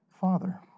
father